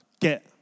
get